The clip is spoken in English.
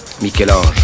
Michel-Ange